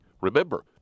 Remember